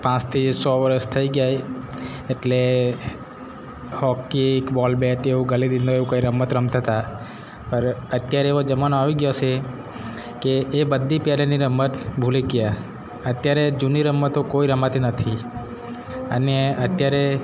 પાંચથી છ વરસ થઈ જાય એટલે હોકી બોલ બેટ એવું ગલીડંડો એવું કંઈ રમત રમતા હતા પણ અત્યારે એવો જમાનો આવી ગયો છે કે એ બધી પહેલેની રમત ભૂલી ગયા અત્યારે જૂની રમતો કોઈ રમાતી નથી અને અત્યારે